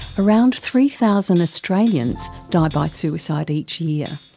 around three thousand australians die by suicide each year.